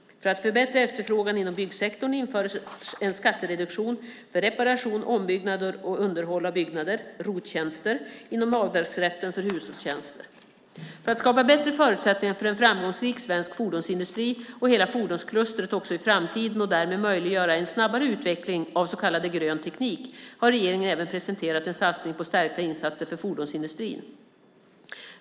För att förbättra efterfrågan inom byggsektorn införs en skattereduktion för reparation, ombyggnader och underhåll av byggnader, ROT-tjänster, inom avdragsrätten för hushållstjänster. För att skapa bättre förutsättningar för en framgångsrik svensk fordonsindustri och hela fordonsklustret också i framtiden och därmed möjliggöra en snabbare utveckling av så kallad grön teknik har regeringen även presenterat en satsning på stärkta insatser för fordonsindustrin.